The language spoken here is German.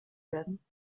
werden